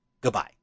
goodbye